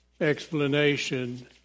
explanation